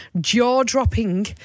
jaw-dropping